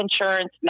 insurance